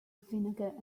vinegar